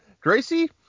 Gracie